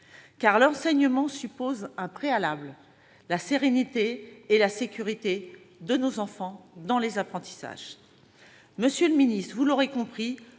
Car l'enseignement suppose un préalable : la sérénité et la sécurité de nos enfants dans les apprentissages ! Monsieur le ministre, vous l'aurez compris,